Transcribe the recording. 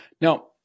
Now